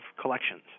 collections